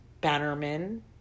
Bannerman